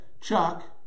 Chuck